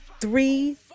three